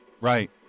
Right